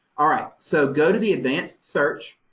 all right, so go to the advanced search